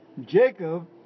Jacob